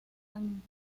tan